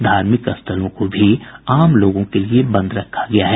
धार्मिक स्थलों को भी आम लोगों के लिए बंद रखा गया है